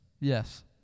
Yes